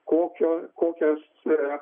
kokio kokios yra